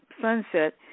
sunset